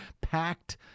packed